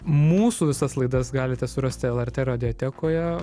mūsų visas laidas galite surasti lrt radiotekoje